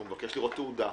שהוא מבקש לראות תעודה,